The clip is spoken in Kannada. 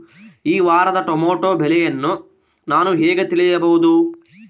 ಈ ವಾರದ ಟೊಮೆಟೊ ಬೆಲೆಯನ್ನು ನಾನು ಹೇಗೆ ತಿಳಿಯಬಹುದು?